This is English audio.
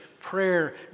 prayer